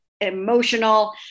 emotional